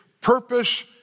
purpose